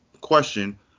question